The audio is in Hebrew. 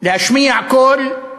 להשמיע קול,